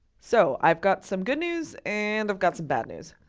so, i've got some good news and i've got some bad news.